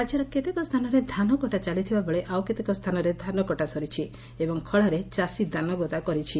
ରା ସ୍ତାନରେ ଧାନ କଟା ଚାଲିଥିବାବେଳେ ଆଉ କେତେକ ସ୍ତାନରେ ଧାନ କଟା ସରିଛି ଏବଂ ଖଳାରେ ଚାଷୀ ଧାନଗଦା କରିଛନ୍ତି